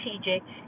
strategic